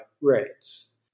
rates